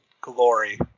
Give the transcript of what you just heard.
glory